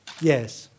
Yes